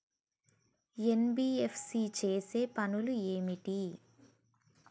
NBFC చేసే పనులు ఏమిటి?